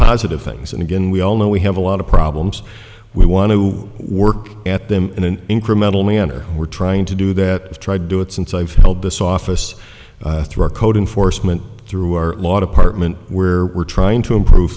positive things and again we all know we have a lot of problems we want to work at them in an incremental manner we're trying to do that try to do it since i've held this office through our code enforcement through our lot apartment where we're trying to improve